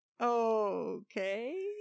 Okay